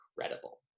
incredible